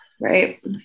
right